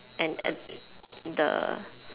and at the